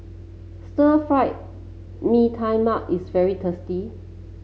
Stir Fry Mee Tai Mak is very tasty